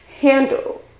handle